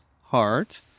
heart